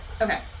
Okay